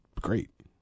great